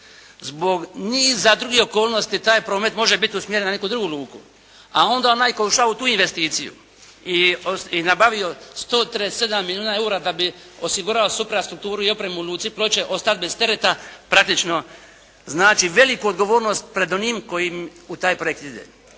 zbog niza drugih okolnosti taj promet može biti usmjeren na neku drugu luku a onda onaj tko je ušao u tu investiciju i nabavio 137 milijuna eura da bi osigurao suprastrukturu i opremu Luci Ploče ostati bez tereta praktično znači veliku odgovornost pred onim tko u taj projekt ide.